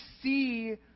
see